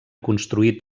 construït